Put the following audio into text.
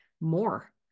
more